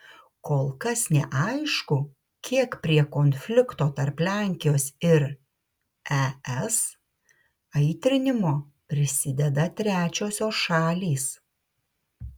kol kas neaišku kiek prie konflikto tarp lenkijos ir es aitrinimo prisideda trečiosios šalys